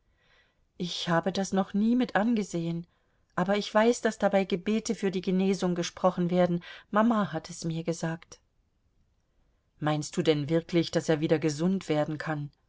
ich habe das noch nie mit angesehen aber ich weiß daß dabei gebete für die genesung gesprochen werden mama hat es mir gesagt meinst du denn wirklich daß er wieder gesund werden kann